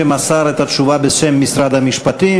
שמסר את התשובה בשם משרד המשפטים,